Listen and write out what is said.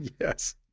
yes